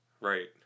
right